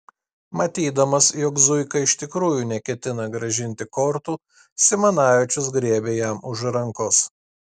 matydamas jog zuika iš tikrųjų neketina grąžinti kortų simanavičius griebė jam už rankos